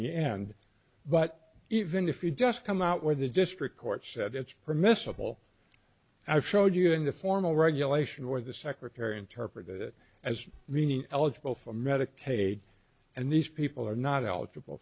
the end but even if you does come out with a district court said it's permissible i showed you in the formal regulation or the secretary interpreted it as meaning eligible for medicaid and these people are not eligible